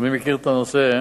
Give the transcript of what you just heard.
אני מכיר את הנושא,